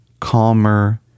calmer